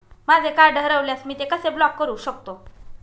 माझे कार्ड हरवल्यास मी ते कसे ब्लॉक करु शकतो?